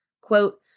Quote